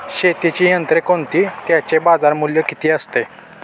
शेतीची यंत्रे कोणती? त्याचे बाजारमूल्य किती असते?